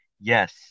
Yes